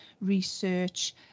research